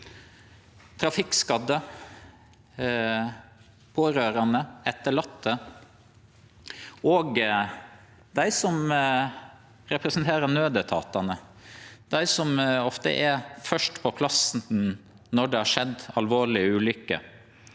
trafikkskadde, pårørande, etterlatne og dei som representerer naudetatane, som ofte er fyrst på plassen når det har skjedd alvorlege ulukker.